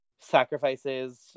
sacrifices